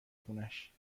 خونش